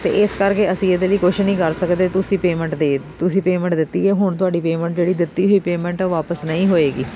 ਅਤੇ ਇਸ ਕਰਕੇ ਅਸੀਂ ਇਹਦੇ ਲਈ ਕੁਛ ਨਹੀਂ ਕਰ ਸਕਦੇ ਤੁਸੀਂ ਪੇਮੈਂਟ ਦੇ ਤੁਸੀਂ ਪੇਮੈਂਟ ਦਿੱਤੀ ਹੈ ਹੁਣ ਤੁਹਾਡੀ ਪੇਮੈਂਟ ਜਿਹੜੀ ਦਿੱਤੀ ਹੋਈ ਪੇਮੈਂਟ ਆ ਉਹ ਵਾਪਿਸ ਨਹੀਂ ਹੋਵੇਗੀ